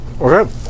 Okay